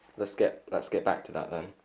let's get. let's get back to that then.